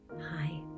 Hi